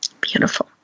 Beautiful